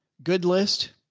good list.